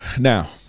now